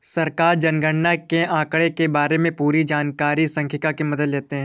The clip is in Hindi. सरकार जनगणना के आंकड़ों के बारें में जानकारी के लिए सांख्यिकी की मदद लेते है